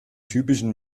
typischen